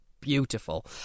beautiful